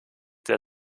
der